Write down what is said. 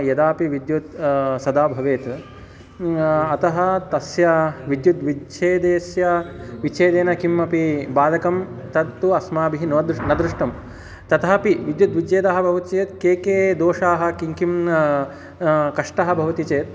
यदापि विद्युत् सदा भवेत् अतः तस्य विद्युत् विच्छेदेस्य विच्छेदेन किम् अपि बाधकं तत्तु अस्माभिः नोदृ न दृष्टं तथापि विद्युत् विच्छेदः भवति चेत् के के दोषाः किं किं कष्टाः भवन्ति चेत्